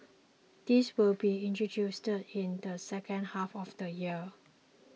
this will be introduced in the second half of the year